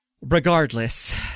regardless